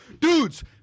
Dudes